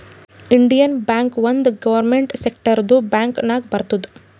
Indian Bank ಒಂದ್ government ಸೆಕ್ಟರ್ದು bank ನಾಗ್ ಬರ್ತುದ್